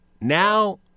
Now